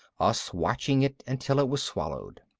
us watching it until it was swallowed.